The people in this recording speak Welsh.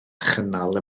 chynnal